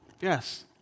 Yes